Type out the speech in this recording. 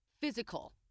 Physical